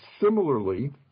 similarly